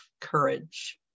courage